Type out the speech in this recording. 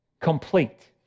complete